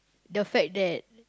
the fact that